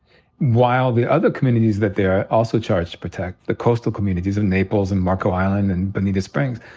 while the other communities that they are also charged to protect, the coastal communities of naples and marco island and bonita springs,